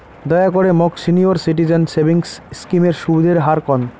দয়া করে মোক সিনিয়র সিটিজেন সেভিংস স্কিমের সুদের হার কন